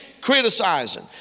criticizing